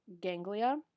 ganglia